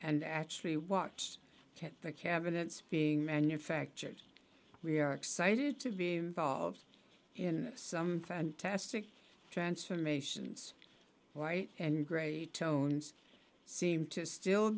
and actually walked to the cabinets being manufactured we are excited to be involved in some fantastic transformations white and gray tones seem to still